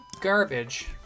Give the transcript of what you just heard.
Garbage